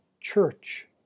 church